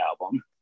album